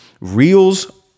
Reels